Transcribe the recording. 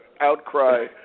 Outcry